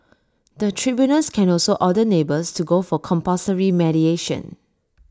the tribunals can also order neighbours to go for compulsory mediation